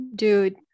Dude